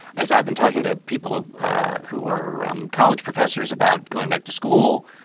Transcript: as i've been talking to people who were um college professors about going back to school.